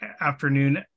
afternoon